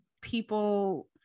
people